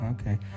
Okay